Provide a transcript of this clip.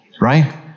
Right